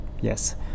yes